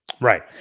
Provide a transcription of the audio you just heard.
Right